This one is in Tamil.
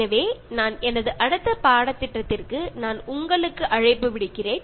எனவே எனது அடுத்த பாடத்திட்டத்திற்கு நான் உங்களுக்கு அழைப்பு விடுக்கிறேன்